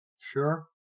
Sure